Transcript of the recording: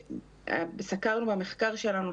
סקרנו במחקר שלנו,